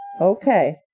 Okay